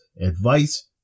advice